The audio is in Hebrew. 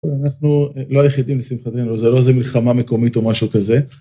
אנחנו לא היחידים לשמחתנו זה לא איזה מלחמה מקומית או משהו כזה.